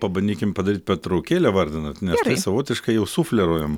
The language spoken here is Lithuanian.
pabandykim padaryt pertraukėlę vardinant nes tai savotiškai jau sufleruojam